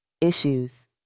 Issues